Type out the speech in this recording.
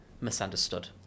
misunderstood